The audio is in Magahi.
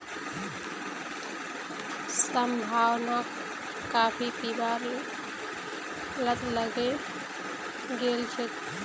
संभावनाक काफी पीबार लत लगे गेल छेक